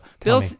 Bill